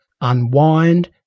unwind